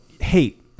hate